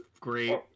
great